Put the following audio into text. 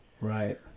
Right